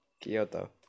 Kyoto